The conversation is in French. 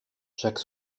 chaque